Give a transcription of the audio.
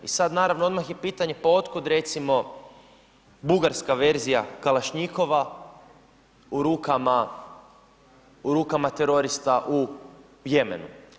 I sad naravno odmah je pitanje pa otkud bugarska verzija kalašnjikova u rukama terorista u Jemenu.